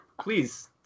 Please